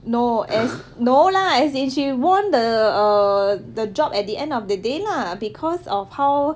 no as no lah as if she won the err the job at the end of the day lah because of how